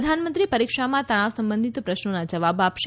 પ્રધાનમંત્રી પરીક્ષામાં તણાવ સંબંધિત પ્રશ્નોના જવાબ આપશે